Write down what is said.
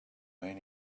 main